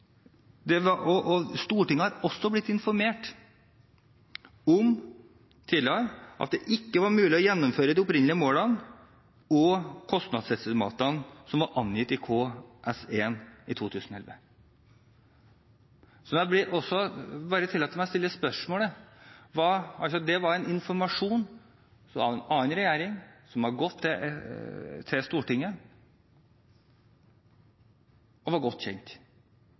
ikke var mulig å gjennomføre de opprinnelige målene og kostnadsestimatene som var angitt i KS1 i 2011. Det var informasjon fra en annen regjering som hadde gått til Stortinget og var godt kjent.